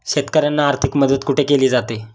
शेतकऱ्यांना आर्थिक मदत कुठे केली जाते?